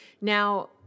Now